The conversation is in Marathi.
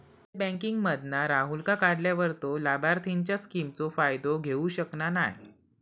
मोबाईल बॅन्किंग मधना राहूलका काढल्यार तो लाभार्थींच्या स्किमचो फायदो घेऊ शकना नाय